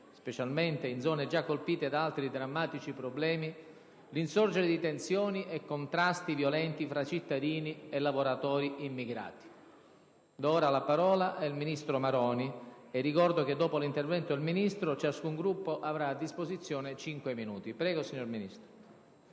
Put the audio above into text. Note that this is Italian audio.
specialmente in zone già colpite da altri drammatici problemi, l'insorgere di tensioni e contrasti violenti tra cittadini e lavoratori immigrati. Do ora la parola al ministro Maroni. Ricordo che dopo il suo intervento ciascun Gruppo avrà a disposizione cinque minuti. Prego, onorevole